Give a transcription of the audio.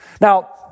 Now